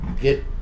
get